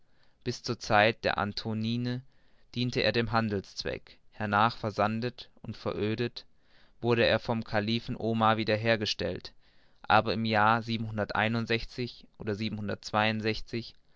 bis zur zeit der antonine diente er dem handelszweck hernach versandet und verödet wurde er vom kalifen omar wieder hergestellt aber im jahre